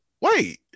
wait